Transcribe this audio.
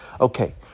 Okay